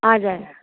हजुर